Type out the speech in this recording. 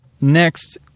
Next